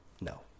No